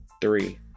three